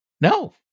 No